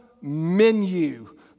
menu